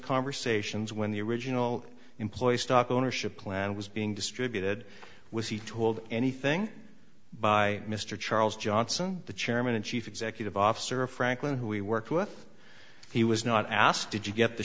conversations when the original employee stock ownership plan was being distributed was he told anything by mr charles johnson the chairman and chief executive officer of franklin who he worked with he was not asked did you get the